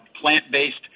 plant-based